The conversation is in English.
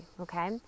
okay